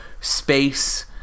space